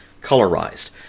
colorized